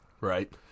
Right